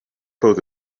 both